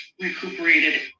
recuperated